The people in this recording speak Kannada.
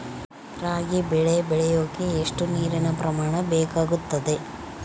ರಾಗಿ ಬೆಳೆ ಬೆಳೆಯೋಕೆ ಎಷ್ಟು ನೇರಿನ ಪ್ರಮಾಣ ಬೇಕಾಗುತ್ತದೆ?